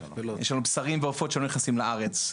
יש לנו בשרים ועופות שלא נכנסים לארץ,